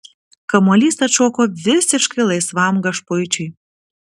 kamuolys atšoko visiškai laisvam gašpuičiui